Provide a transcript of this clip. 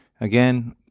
again